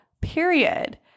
period